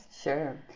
Sure